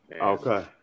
Okay